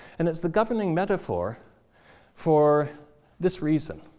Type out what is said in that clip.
and it's the governing metaphor for this reason,